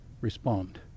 respond